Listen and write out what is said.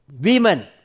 women